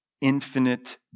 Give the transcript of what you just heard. infinite